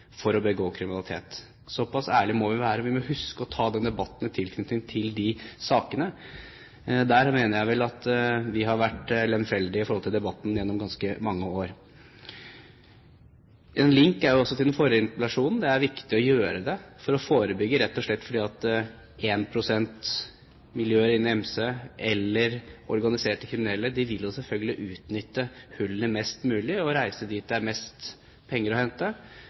for å begå kriminalitet. Såpass ærlige må vi være! Vi må huske å ta den debatten i tilknytning til de sakene. Jeg mener vel at vi har vært lemfeldige når det gjelder debatten, gjennom ganske mange år. En link er også til den forrige interpellasjonen. Det er viktig å gjøre det for å forebygge, rett og slett fordi 1 pst. av MC-miljøet eller organiserte kriminelle selvfølgelig vil utnytte hullet mest mulig og reise dit det er mest penger å hente,